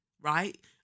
right